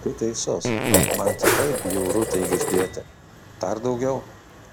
tu teisus man tikrai bjauru tai girdėti dar daugiau